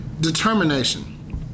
Determination